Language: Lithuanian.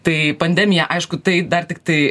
tai pandemija aišku tai dar tiktai